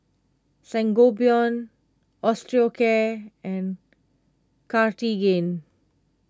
Sangobion Osteocare and Cartigain